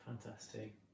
Fantastic